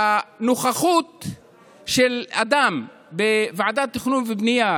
הנוכחות של אדם בוועדת תכנון ובנייה,